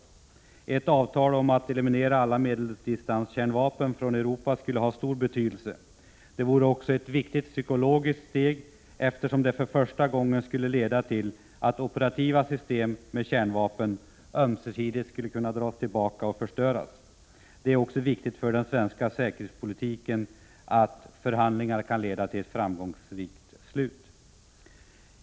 Ett avtal om eliminering av alla medeldistanskärnvapen från Europa skulle ha stor betydelse. Det vore också ett viktigt psykologiskt steg, eftersom det skulle leda till att operativa system med kärnvapen för första gången ömsesidigt skulle kunna dras tillbaka och förstöras. Det är också viktigt för den svenska säkerhetspolitiken att förhandlingarna kan leda till ett framgångsrikt slut.